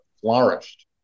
flourished